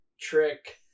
trick